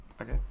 Okay